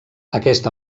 aquest